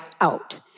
out